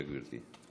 בבקשה, גברתי.